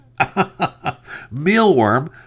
Mealworm